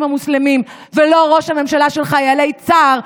המוסלמים ולא ראש הממשלה של חיילי צה"ל,